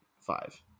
five